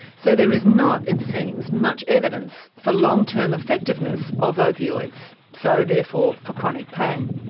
so there is not, it seems, much evidence for long term effectiveness of opioids, so therefore, for chronic pain.